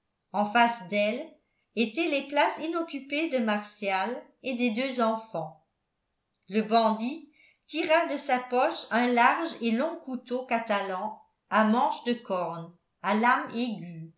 en face d'elle étaient les places inoccupées de martial et des deux enfants le bandit tira de sa poche un large et long couteau catalan à manche de corne à